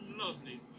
lovely